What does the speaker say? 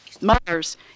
mothers